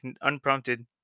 unprompted